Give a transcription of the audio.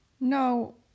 No